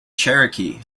cherokee